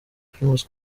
primus